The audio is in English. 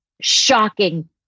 shocking